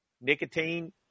nicotine